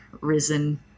risen